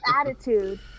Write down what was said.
attitude